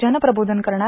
जनप्रबोधन करणार